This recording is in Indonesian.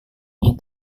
ingin